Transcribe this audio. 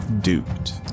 duped